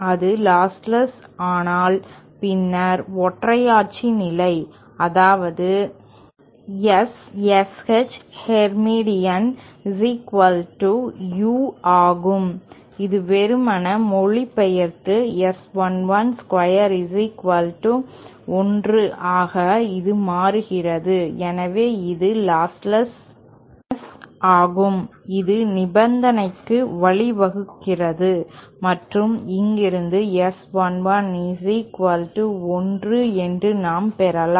அது லாஸ்லெஸ் ஆனால் பின்னர் ஒற்றையாட்சி நிலை அதாவது S SH ஹெர்மிடியன் U ஆகும் இது வெறுமனே மொழிபெயர்த்து S112 1 ஆக இது மாறுகிறது எனவே இது லாஸ்லெஸ் நெஸ் ஆகும் இது நிபந்தனைக்கு வழிவகுக்கிறது மற்றும் இங்கிருந்து S111 என்று நாம் பெறலாம்